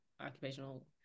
occupational